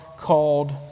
called